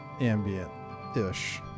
ambient-ish